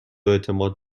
اعتماد